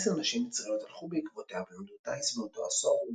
עשר נשים מצריות הלכו בעקבותיה ולמדו טיס באותו עשור,